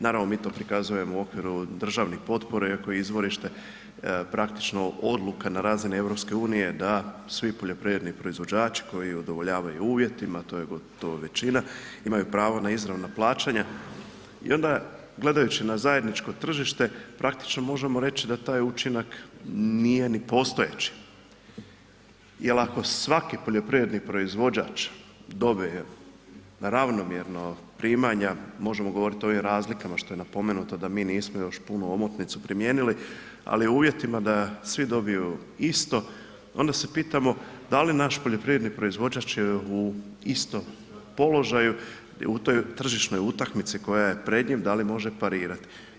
Naravno, mi to prikazujemo u okviru državne potpore, iako joj je izvorište praktično odluka na razini EU da svi poljoprivredni proizvođači koji udovoljavaju uvjetima, to je gotovo većina imaju pravo na izravna plaćanja i onda gledajući na zajedničko tržište praktično možemo reći da taj učinak nije ni postojeći jer ako svaki poljoprivredni proizvođač dobije ravnomjerno pitanja, možemo govoriti o ovim razlikama što je napomenuto da mi nismo još punu omotnicu primijenili, ali uvjetima da svi dobiju isto, onda se pitamo da li naš poljoprivredni proizvođač u istom položaju u toj tržišnoj utakmici koja je pred njim, da li može parirati.